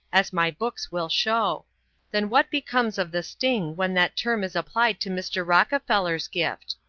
as my books will show then what becomes of the sting when that term is applied to mr. rockefeller's gift?